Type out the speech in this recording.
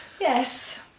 yes